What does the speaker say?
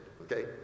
okay